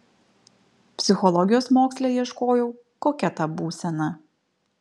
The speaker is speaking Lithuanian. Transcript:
psichologijos moksle ieškojau kokia ta būsena